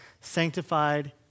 sanctified